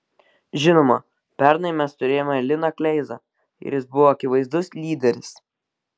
žinoma pernai mes turėjome liną kleizą ir jis buvo akivaizdus lyderis